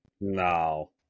No